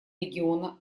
региона